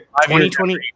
2020